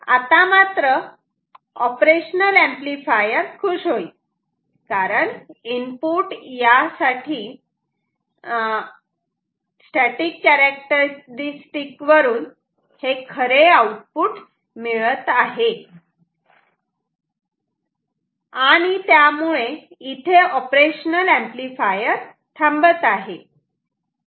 आता मात्र operational amplifier खुश होईल कारण इनपुट या साठी स्टॅटिक कॅरेक्टरस्टिक्स वरून हे खरे आउटपुट मिळत आहे आणि त्यामुळे इथे ऑपरेशनल ऍम्प्लिफायर थांबत आहे